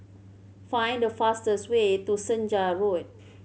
find the fastest way to Senja Road